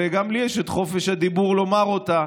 וגם לי יש את חופש הדיבור לומר אותה.